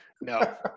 no